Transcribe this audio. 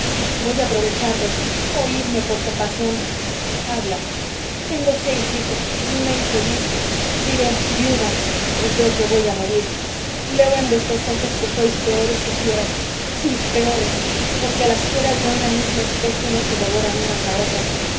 voy a aprovecharlos oídme por compasión habla tengo seis hijos y una infeliz diré viuda pues veo que voy a morir leo en vuestros ojos que sois peores que fieras sí peores porque las fieras de una misma especie no se devoran unas a otras